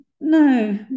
no